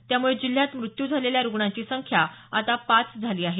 त्यामुळे जिल्ह्यात मृत्यू झालेल्या रुग्णांची संख्या आता पाच झाली आहे